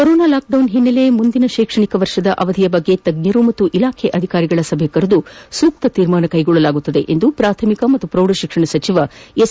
corona lockdown ಹಿನ್ನೆಲೆಯಲ್ಲಿ ಮುಂದಿನ ಶೈಕ್ಷಣಿಕ ವರ್ಷದ ಅವಧಿಯ ಬಗ್ಗೆ ತಜ್ಞರು ಮತ್ತು ಇಲಾಖಾ ಅಧಿಕಾರಿಗಳ ಸಭೆ ಕರೆದು ಸೂಕ್ತ ತೀರ್ಮಾನ ಕೈಗೊಳ್ಳಲಾಗುವುದು ಎಂದು ಪ್ರಾಥಮಿಕ ಮತ್ತು ಪ್ರೌಢಶಿಕ್ಷಣ ಸಚಿವ ಎಸ್